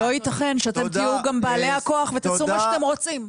ולא יתכן גם שאתם תהיו גם בעלי הכוח ותעשו מה שאתם רוצים.